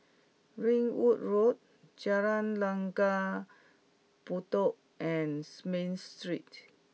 Ringwood Road Jalan Langgar Bedok and Smith Street